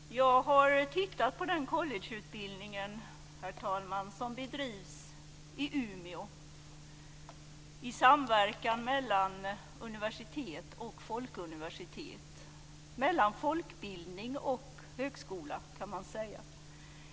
Herr talman! Jag har tittat på den collegeutbildning som bedrivs i Umeå i samverkan mellan universitet och folkuniversitet - mellan folkbildning och högskola, kan man säga.